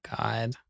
God